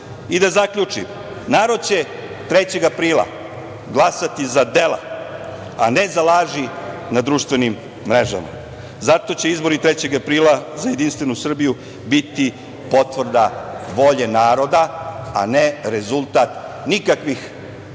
zaključim. Narod će 3. aprila glasati za dela, a ne za laži na društvenim mrežama. Zato će izbori 3. aprila za Jedinstvenu Srbiju biti potvrda volje naroda, a ne rezultat nikakvih izbornih